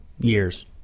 years